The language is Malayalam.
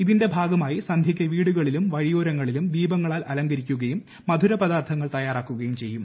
ഇതിന്റെ ഭാഗമായി സന്ധ്യക്ക് വീടുകളിലും വഴിയോരങ്ങളിലും ദീപങ്ങളാൽ അലങ്കരിക്കുകയും മധുരപദാർഥങ്ങൾ തയ്യാറാക്കുകയും ചെയ്യും